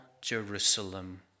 jerusalem